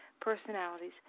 personalities